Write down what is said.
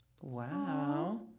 Wow